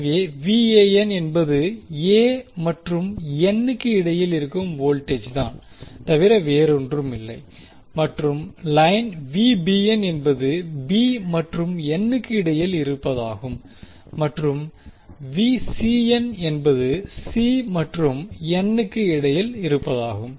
எனவே என்பது மற்றும் க்கு இடையில் இருக்கும் வோல்டேஜ்தானே தவிர வேறேதுமில்லை மற்றும் லைன் என்பது மற்றும் க்கு இடையில் இருப்பதாகும் மற்றும் என்பது மற்றும் க்கு இடையில் இருப்பதாகும்